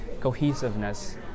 cohesiveness